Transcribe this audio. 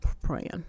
praying